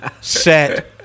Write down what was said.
set